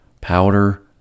Powder